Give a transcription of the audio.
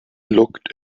looked